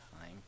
time